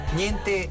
niente